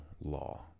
law